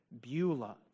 Beulah